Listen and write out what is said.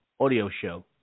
audioshow